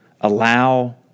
allow